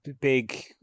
big